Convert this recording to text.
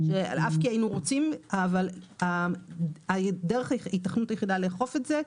אף שהיינו רוצים אבל הדרך היחידה לאכוף את זה,